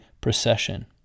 procession